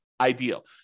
ideal